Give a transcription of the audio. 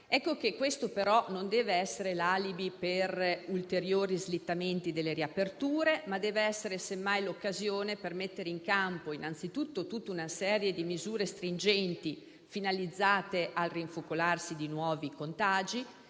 Questo, però, non deve essere l'alibi per ulteriori slittamenti delle riaperture, ma deve essere, semmai, l'occasione per mettere in campo, innanzitutto, tutta una serie di misure stringenti, finalizzate al rinfocolarsi di nuovi contagi